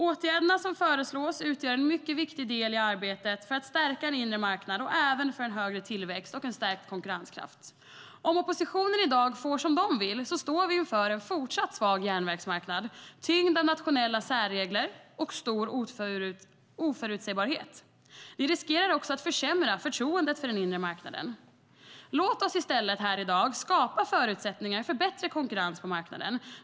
Åtgärderna som föreslås utgör en mycket viktig del i arbetet för att stärka en inre marknad och även för en högre tillväxt och stärkt konkurrenskraft. Om oppositionen i dag får som man vill står vi inför en fortsatt svag järnvägsmarknad tyngd av nationella särregler och stor oförutsägbarhet. Vi riskerar också att försämra förtroendet för den inre marknaden. Låt oss i stället här i dag skapa förutsättningar för bättre konkurrens på marknaden.